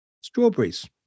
strawberries